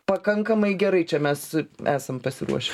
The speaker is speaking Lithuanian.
pakankamai gerai čia mes esam pasiruošę